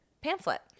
pamphlet